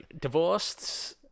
Divorced